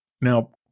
Now